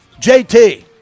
JT